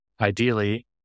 ideally